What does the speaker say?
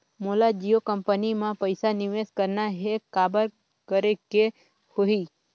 मोला जियो कंपनी मां पइसा निवेश करना हे, काबर करेके होही?